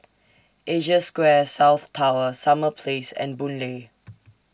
Asia Square South Tower Summer Place and Boon Lay